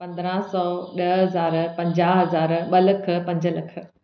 पंद्रहं सौ ॾह हज़ार पंजाह हज़ार ॿ लख पंज लख